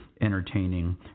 Entertaining